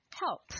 help